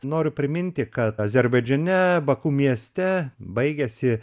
noriu priminti kad azerbaidžane baku mieste baigėsi